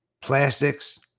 plastics